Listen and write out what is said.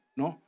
no